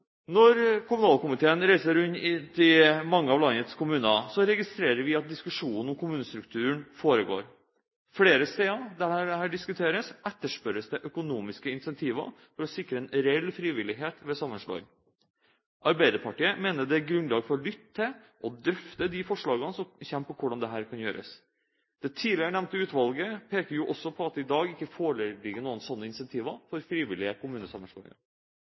Når kommunalkomiteen reiser rundt i mange av landets kommuner, registrerer vi at diskusjoner om kommunestrukturen foregår. Flere steder der dette diskuteres, etterspørres det økonomiske incentiver for å sikre reell frivillighet ved sammenslåing. Arbeiderpartiet mener det er grunnlag for å lytte til og drøfte de forslagene som kommer med hensyn til hvordan dette kan gjøres. Det tidligere nevnte utvalget peker jo også på at det i dag ikke foreligger noen slike incentiver for frivillige kommunesammenslåinger.